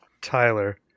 Tyler